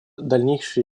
дальнейшей